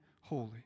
holy